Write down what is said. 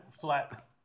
flat